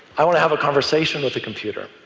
i want to have a conversation with a computer.